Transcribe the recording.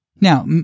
Now